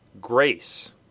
Grace